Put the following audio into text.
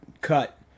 cut